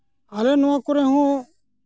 ᱟᱞᱮ ᱱᱚᱣᱟ ᱠᱚᱨᱮ ᱦᱚᱸ